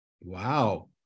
Wow